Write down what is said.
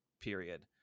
period